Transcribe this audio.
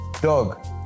dog